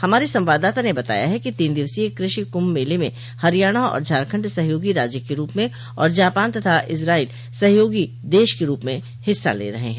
हमारे संवाददाता ने बताया है कि तीन दिवसीय कृषि कुंभ मेले में हरियाणा और झारखंड सहयोगी राज्य के रूप में और जापान तथा इस्राइल सहयोगी देश के रूप में हिस्सा ले रहे हैं